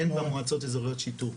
אין במועצות האזוריות שיטור.